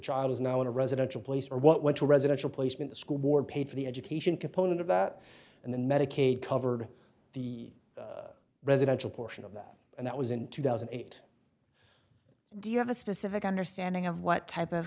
child is now in a residential place or what a residential placement school board paid for the education component of that and then medicaid covered the residential portion of that and that was in two thousand and eight do you have a specific understanding of what type of